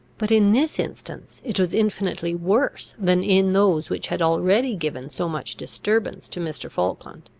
but in this instance it was infinitely worse than in those which had already given so much disturbance to mr. falkland.